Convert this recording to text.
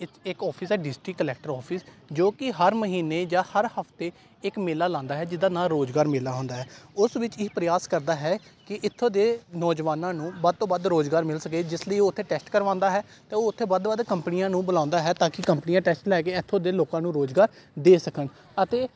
ਇਚ ਇੱਕ ਔਫਿਸ ਹੈ ਡਿਸਟਰਿਕਟ ਕਲੈਟਰ ਔਫਿਸ ਜੋ ਕਿ ਹਰ ਮਹੀਨੇ ਜਾਂ ਹਰ ਹਫਤੇ ਇੱਕ ਮੇਲਾ ਲਾਉਂਦਾ ਹੈ ਜਿਹਦਾ ਨਾਂ ਰੁਜ਼ਗਾਰ ਮੇਲਾ ਹੁੰਦਾ ਹੈ ਉਸ ਵਿੱਚ ਹੀ ਪ੍ਰਿਆਸ ਕਰਦਾ ਹੈ ਕਿ ਇੱਥੋਂ ਦੇ ਨੌਜਵਾਨਾਂ ਨੂੰ ਵੱਧ ਤੋਂ ਵੱਧ ਰੁਜ਼ਗਾਰ ਮਿਲ ਸਕੇ ਜਿਸ ਲਈ ਉਹ ਉੱਥੇ ਟੈਸਟ ਕਰਵਾਉਂਦਾ ਹੈ ਅਤੇ ਉੱਥੇ ਵੱਧ ਤੋਂ ਵੱਧ ਕੰਪਨੀਆਂ ਨੂੰ ਬੁਲਾਉਂਦਾ ਹੈ ਤਾਂ ਕਿ ਕੰਪਨੀਆਂ ਟੈਸਟ ਲੈ ਕੇ ਇੱਥੋਂ ਦੇ ਲੋਕਾਂ ਨੂੰ ਰੁਜ਼ਗਾਰ ਦੇ ਸਕਣ ਅਤੇ